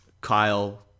Kyle